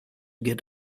get